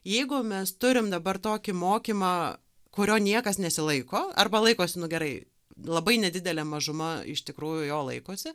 jeigu mes turim dabar tokį mokymą kurio niekas nesilaiko arba laikosi nu gerai labai nedidelė mažuma iš tikrųjų jo laikosi